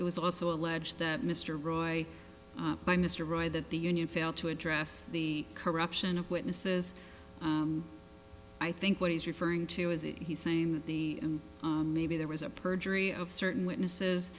he was also allege that mr roy by mr roy that the union failed to address the corruption of witnesses i think what he's referring to is if he's saying that the and maybe there was a perjury of certain witnesses